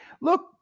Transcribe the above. look